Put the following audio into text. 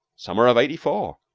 summer of eighty four.